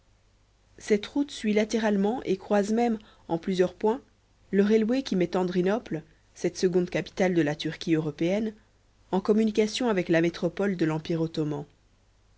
cette route suit latéralement et croise même en plusieurs points le railway qui met andrinople cette seconde capitale de la turquie européenne en communication avec la métropole de l'empire ottoman